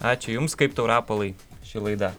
ačiū jums kaip tau rapolai ši laida